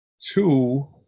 Two